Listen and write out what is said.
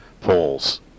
polls